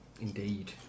Indeed